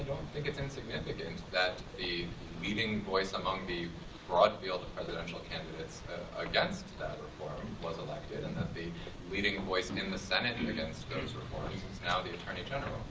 think it's insignificant that the leading voice among the broad field of presidential candidates against that reform was elected, and that the leading and voice and in the senate and against those reforms is now the attorney general.